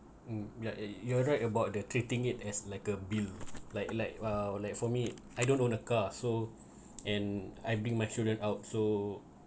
mm like you're right about the treating it as like a bill like like uh like for me I don't own a car so and I bring my children out so